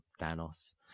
Thanos